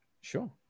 sure